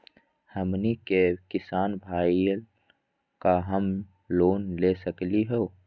हमनी के किसान भईल, का हम लोन ले सकली हो?